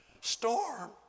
Storm